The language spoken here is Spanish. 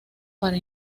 para